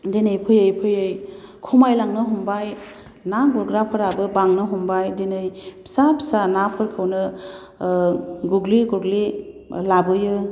दिनै फैयै फैयै खमायलांनो हमबाय ना गुरग्राफोराबो बांनो हमबाय दिनै फिसा फिसा नाफोरखौनो गुग्लि गुग्लि लाबोयो